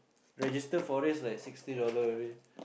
register for race like sixty dollars